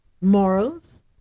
morals